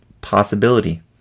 Possibility